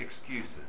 excuses